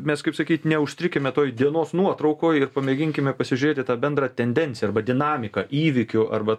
mes kaip sakyt neužstrikime toj dienos nuotraukoj ir pamėginkime pasižiūrėti tą bendrą tendenciją arba dinamiką įvykių arba